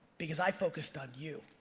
because i focused on you.